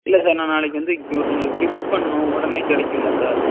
இல்லை சார் நான் நாளைக்கு வந்து இங்கே ஒருத்தங்களுக்கு கிஃப்ட் பண்ணணும் உடனே கிடைக்குங்களா சார்